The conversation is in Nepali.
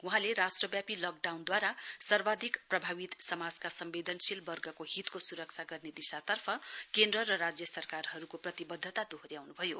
वहाँले राष्ट्रव्यापी लकडाउनद्वारा सर्वाधिक प्रभावित समाजका सम्वेदनशील वर्गको हितको सुरक्षा गर्ने दिशातर्फ केन्द्र र राज्य सरकारहरुको प्रतिवध्दता दोहोर्याउनु भयो